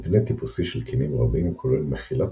מבנה טיפוסי של קנים רבים כולל מחילת